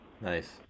Nice